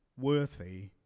worthy